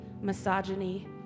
misogyny